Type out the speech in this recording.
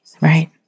Right